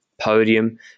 podium